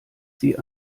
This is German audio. sie